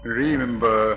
remember